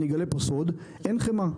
אין חמאה.